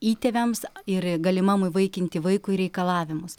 įtėviams ir galimam įvaikinti vaikui reikalavimus